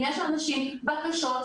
אם יש לאנשים בקשות,